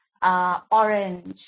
Orange